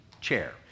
chair